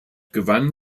gewann